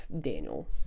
daniel